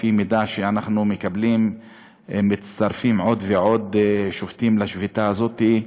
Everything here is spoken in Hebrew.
לפי מידע שאנחנו מקבלים מצטרפים עוד ועוד שובתים לשביתה הזאת,